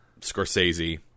Scorsese